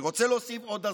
אני רוצה להוסיף עוד אזהרה.